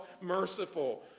merciful